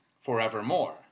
forevermore